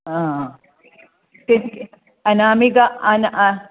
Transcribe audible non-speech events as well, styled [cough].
हा [unintelligible] अनामिका अना अ